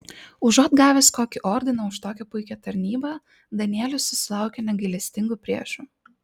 užuot gavęs kokį ordiną už tokią puikią tarnybą danielius susilaukia negailestingų priešų